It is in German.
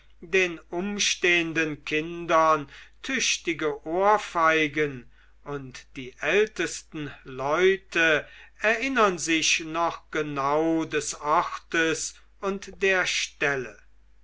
den umstehenden kindern tüchtige ohrfeigen und die ältesten leute erinnern sich noch genau des ortes und der stelle